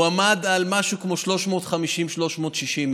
הוא עמד על משהו כמו 360-350 איש,